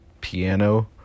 piano